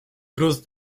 cruz